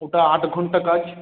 ওটা আট ঘণ্টা কাজ